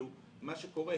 מה שקורה,